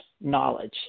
knowledge